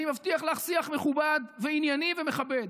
אני מבטיח לך שיח מכובד וענייני ומכבד,